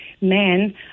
men